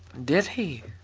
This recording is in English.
did he?